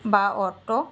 বা অটো